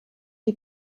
die